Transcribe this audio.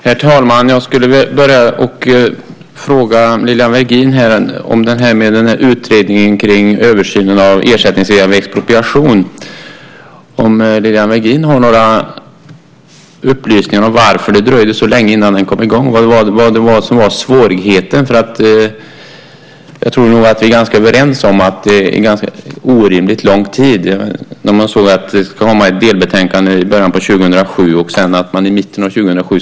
Herr talman! Jag vill fråga Lilian Virgin om översynen av ersättning vid expropriation. Har Lilian Virgin några upplysningar om varför det dröjde så länge innan den kom i gång? Vad var svårigheten? Vi är nog ganska överens om att det tagit orimligt lång tid. Nu ska ett delbetänkande komma i början på år 2007, och man ska vara klar i mitten av år 2007.